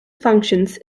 functions